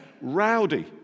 rowdy